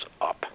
up